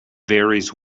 varies